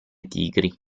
tigri